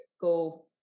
go